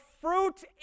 fruit